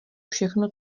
všechno